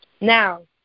Now